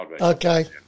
Okay